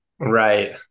Right